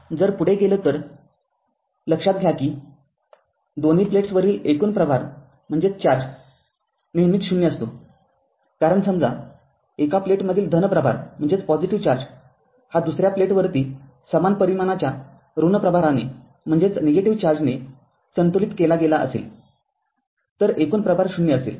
तर जर पुढे गेलो तर लक्षात घ्या की दोन्ही प्लेट्सवरील एकूण प्रभार नेहमीच शून्य असतो कारण समजा एका प्लेटमधील धन प्रभार हा दुसर्या प्लेटवरील समान परिमाणाच्या ऋण प्रभाराने संतुलित केला गेला असेल तर एकूण प्रभार ० असेल